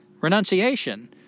renunciation